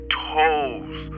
toes